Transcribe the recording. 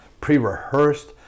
pre-rehearsed